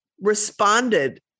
responded